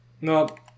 Nope